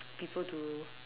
people to